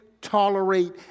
tolerate